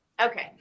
Okay